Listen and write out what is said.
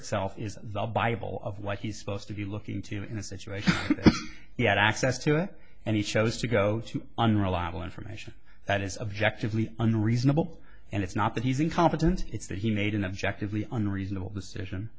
itself is the bible of what he's supposed to be looking to in a situation he had access to it and he chose to go to unreliable information that is objective lee unreasonable and it's not that he's incompetent it's that he made an objectively unreasonable decision